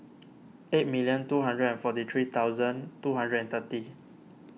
eight million two hundred and forty three thousand two hundred and thirty